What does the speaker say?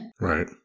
Right